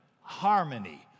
harmony